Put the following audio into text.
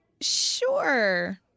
Sure